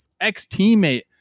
ex-teammate